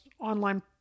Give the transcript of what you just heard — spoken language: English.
online